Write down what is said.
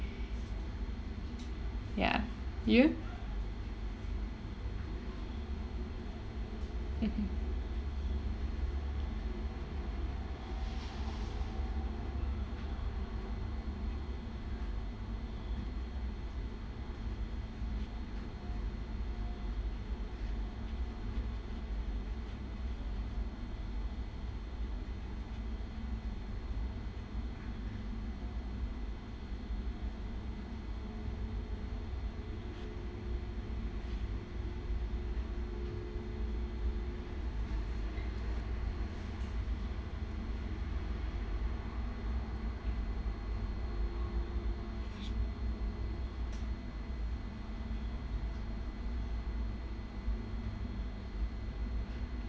ya you